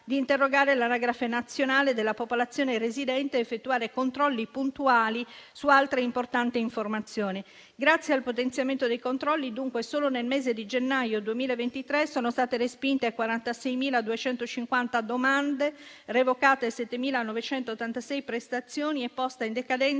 di interrogare l'anagrafe nazionale della popolazione residente ed effettuare controlli puntuali su altre importanti informazioni. Grazie al potenziamento dei controlli, dunque, solo nel mese di gennaio 2023 sono state respinte 46.250 domande, revocate 7.986 prestazioni e poste in decadenza